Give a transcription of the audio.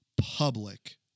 public